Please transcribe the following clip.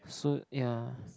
so yeah